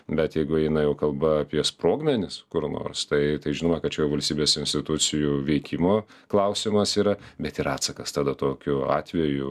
bet jeigu eina jau kalba apie sprogmenis kur nors tai tai žinoma kad čia jau valstybės institucijų veikimo klausimas yra bet ir atsakas tada tokiu atveju